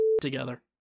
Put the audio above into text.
together